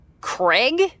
Craig